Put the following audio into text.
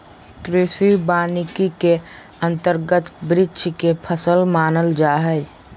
कृषि वानिकी के अंतर्गत वृक्ष के फसल मानल जा हइ